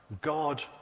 God